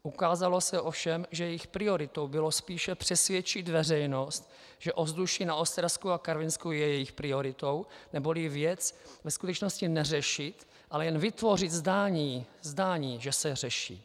Ukázalo se ovšem, že jejich prioritou bylo spíše přesvědčit veřejnost, že ovzduší na Ostravsku a Karvinsku je jejich prioritou, neboli věc ve skutečnosti neřešit, ale jen vytvořit zdání, zdání, že se řeší.